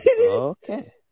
Okay